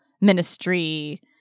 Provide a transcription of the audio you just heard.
ministry